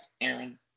Aaron